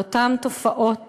על אותן תופעות